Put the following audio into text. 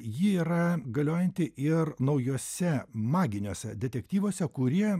ji yra galiojanti ir naujuose maginiuose detektyvuose kurie